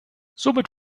somit